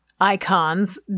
icons